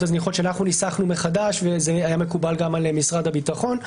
הזניחות שאנחנו ניסחנו מחדש וזה היה מקובל גם על משרד הביטחון.